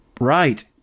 Right